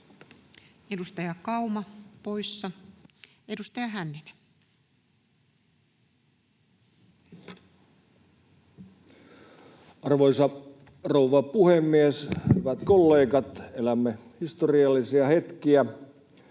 Edustaja Kauma poissa. — Edustaja Hänninen. Arvoisa rouva puhemies! Hyvät kollegat! Elämme historiallisia hetkiä.